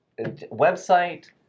website